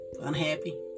unhappy